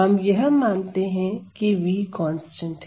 हम यह मानते हैं कि v कांस्टेंट है